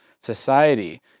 society